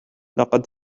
لقد